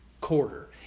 quarter